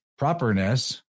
properness